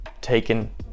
taken